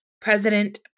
President